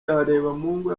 harebamungu